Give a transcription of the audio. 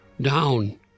Down